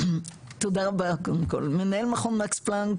תודה רבה קודם כל, מנהל מכון מקס פלאנק